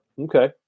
Okay